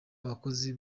abakozi